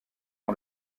par